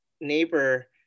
neighbor